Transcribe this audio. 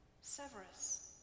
Severus